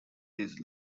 this